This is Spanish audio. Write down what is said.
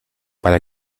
para